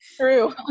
true